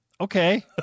Okay